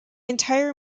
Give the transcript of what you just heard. entire